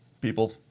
people